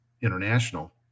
international